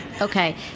Okay